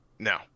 no